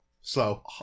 slow